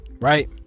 Right